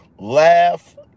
Laugh